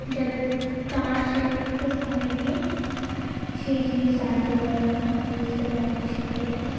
যাতে তার সেই তীর্থস্থানে গিয়ে সেই জিনিস জানতে পারা বুঝতে পারা শিখতে পারা